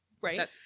Right